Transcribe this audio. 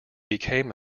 became